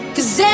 Cause